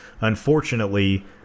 unfortunately